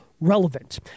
relevant